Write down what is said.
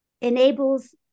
enables